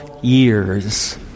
years